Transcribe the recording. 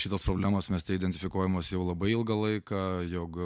šitos problemos mieste identifikuojamos jau labai ilgą laiką jog